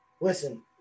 listen